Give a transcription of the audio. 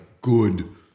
good